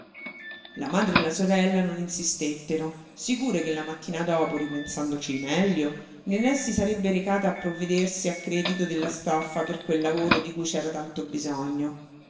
la madre e la sorella non insistettero sicure che la mattina dopo ripensandoci meglio nené si sarebbe recata a provvedersi a credito della stoffa per quel lavoro di cui c'era tanto bisogno